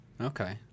Okay